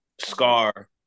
Scar